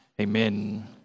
Amen